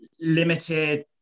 limited